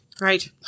Right